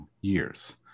years